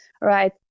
right